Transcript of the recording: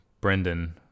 brendan